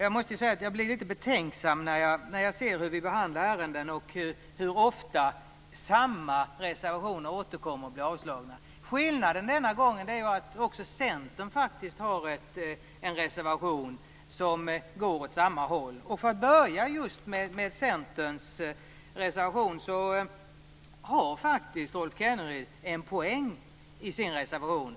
Jag måste säga att jag blir litet betänksam när jag ser hur vi behandlar ärenden och hur ofta samma reservationer återkommer och sedan blir avslagna. Skillnaden denna gång är att Centern också har en reservation som går åt samma håll. För att börja just med Centerns reservation har faktiskt Rolf Kenneryd en poäng i sin reservation.